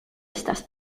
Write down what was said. estas